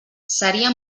seria